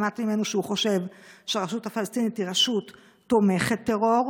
שמעתי ממנו שהוא חושב שהרשות הפלסטינית היא רשות תומכת טרור,